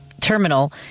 terminal